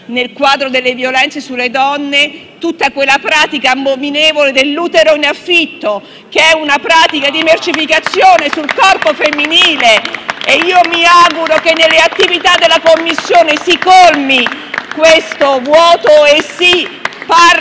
nel quadro delle violenze sulle donne, tutta quella pratica abominevole dell'utero in affitto, che è una pratica di mercificazione sul corpo femminile. *(Applausi dal Gruppo FdI)*. Mi auguro che nell'attività della Commissione si colmi siffatto vuoto e si parli